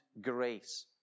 grace